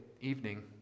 evening